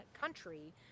country